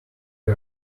you